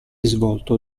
svolto